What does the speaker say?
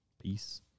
peace